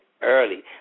early